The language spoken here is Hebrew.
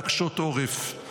להקשות עורף.